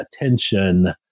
attention